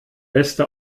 beste